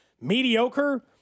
mediocre